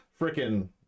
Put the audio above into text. freaking